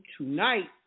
tonight